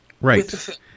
Right